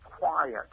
quiet